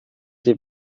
die